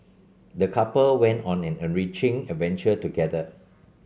the couple went on an enriching adventure together